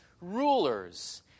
rulers